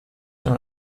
nun